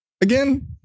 again